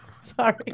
sorry